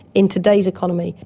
in today's economy.